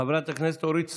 חברת הכנסת אורית סטרוק.